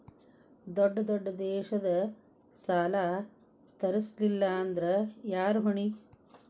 ದೊಡ್ಡ ದೊಡ್ಡ ದೇಶದ ಸಾಲಾ ತೇರಸ್ಲಿಲ್ಲಾಂದ್ರ ಯಾರ ಹೊಣಿ?